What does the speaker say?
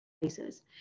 places